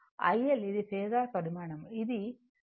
ఈ iL ఇది phasor పరిమాణం